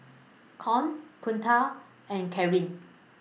Con Kunta and Kareen